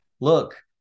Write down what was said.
look